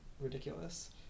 ridiculous